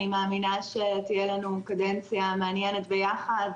אני מאמינה שתהיה לנו קדנציה מעניינת ביחד,